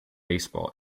baseball